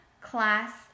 class